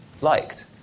liked